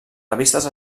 revistes